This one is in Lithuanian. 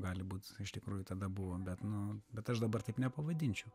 gali būt iš tikrųjų tada buvo bet nu bet aš dabar taip nepavadinčiau